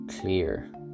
clear